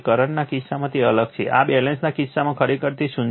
કરંટના કિસ્સામાં તે અલગ છે આ બેલેન્સના કિસ્સામાં ખરેખર તે શૂન્ય છે